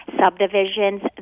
subdivisions